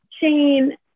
Shane